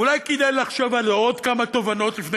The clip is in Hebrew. אולי כדאי לחשוב על עוד כמה תובנות לפני